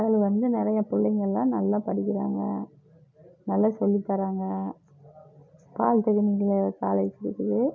அதில் வந்து நிறையா பிள்ளைங்கள்லாம் நல்லா படிக்கிறாங்க நல்லா சொல்லித் தராங்க பால்டெக்னிக்கல் காலேஜ் இருக்குது